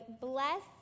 bless